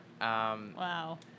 Wow